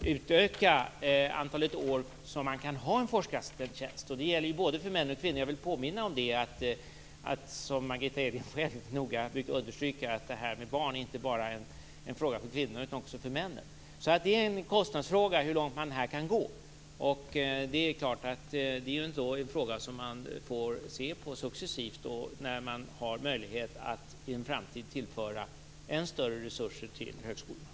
utöka det antal år som man kan inneha en forskarassistenttjänst. Det gäller både för män och kvinnor. Jag vill påminna om att barn inte bara är en fråga för kvinnorna, vilket Margitta Edgren väldigt noga brukar understryka, utan också för männen. Hur långt man kan gå är en kostnadsfråga. Det är en fråga som man få se på successivt när man i en framtid har möjlighet att tillföra än större resurser till högskolorna.